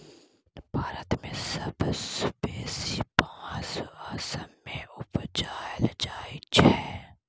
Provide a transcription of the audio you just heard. भारत मे सबसँ बेसी बाँस असम मे उपजाएल जाइ छै